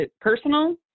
personal